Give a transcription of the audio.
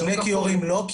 שני כיורים לא,